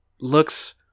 looks